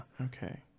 okay